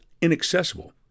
inaccessible